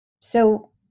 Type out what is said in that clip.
So-